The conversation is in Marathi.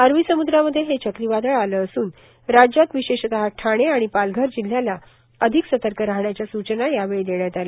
अरबी समुद्रामध्ये हे चक्रीवादळ आले असून राज्यात विशेषत ठाणे आणि पालघर जिल्ह्याला अधिक सतर्क राहण्याच्या सूचना यावेळी देण्यात आल्या